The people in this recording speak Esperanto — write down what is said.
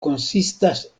konsistas